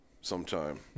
sometime